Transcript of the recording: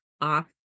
off